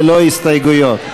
ללא הסתייגויות.